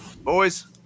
boys